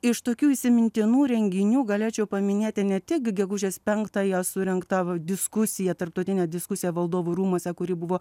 iš tokių įsimintinų renginių galėčiau paminėti ne tik gegužės penktąją surengtą diskusiją tarptautinę diskusiją valdovų rūmuose kuri buvo